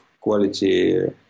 quality